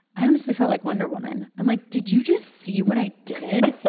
i honestly felt like wonder woman. i'm like, did you just see what i did?